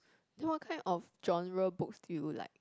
then what kind of genre books do you like